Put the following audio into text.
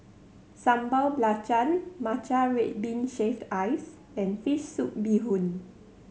Sambal Belacan matcha red bean shaved ice and fish soup bee hoon